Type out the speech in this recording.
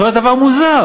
אתה רואה דבר מוזר.